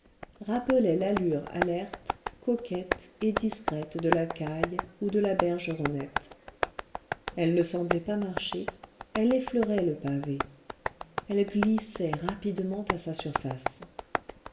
rappelait l'allure alerte coquette et discrète de la caille ou de la bergeronnette elle ne semblait pas marcher elle effleurait le pavé elle glissait rapidement à sa surface